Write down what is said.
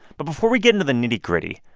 but before we get into the nitty-gritty,